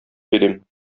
бирим